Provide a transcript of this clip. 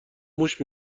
موش